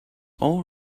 all